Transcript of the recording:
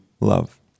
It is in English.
love